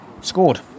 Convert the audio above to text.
scored